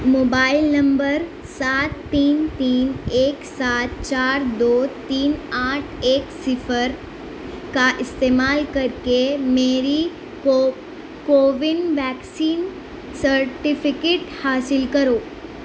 mobile نمبر سات تین تین ایک سات چار دو تین آٹھ ایک صفر کا استعمال کر کے میری کو کوون ویکسین سرٹیفکیٹ حاصل کرو